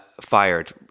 fired